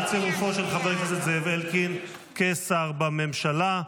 על צירופו של חבר הכנסת זאב אלקין כשר בממשלה.